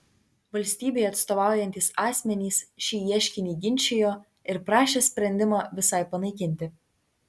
valstybei atstovaujantys asmenys šį ieškinį ginčijo ir prašė sprendimą visai panaikinti